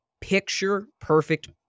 picture-perfect